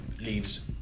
leaves